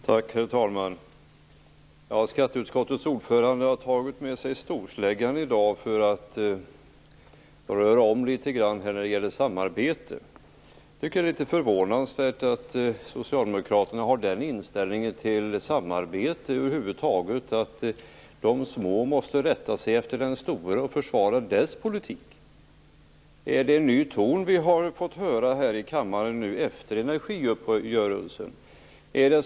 Herr talman! Skatteutskottets ordförande har tagit med sig storsläggan i dag för att röra om litet grand när det gäller samarbete. Jag tycker att det är litet förvånande att Socialdemokraterna har den inställningen till samarbete över huvud taget att de små måste rätta sig efter den store och försvara dess politik. Är det en ny ton som vi har fått höra här i kammaren nu efter energiuppgörelsen?